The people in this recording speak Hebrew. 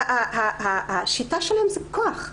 השיטה שלהם היא כוח.